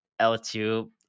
L2